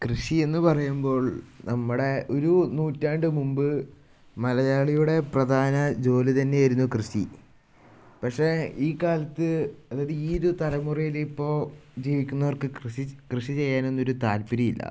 കൃഷി എന്ന് പറയുമ്പോൾ നമ്മുടെ ഒരു നൂറ്റാണ്ട് മുമ്പ് മലയാളിയുടെ പ്രധാന ജോലി തന്നെയായിരുന്നു കൃഷി പക്ഷേ ഈ കാലത്ത് അതായത് ഈ ഒരു തലമുറയിൽ ഇപ്പോൾ ജീവിക്കുന്നവർക്ക് കൃഷി കൃഷി ചെയ്യുന്നതിന് ഒരു താൽപര്യമില്ല